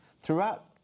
Throughout